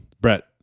Brett